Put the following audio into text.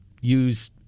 use